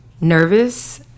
nervous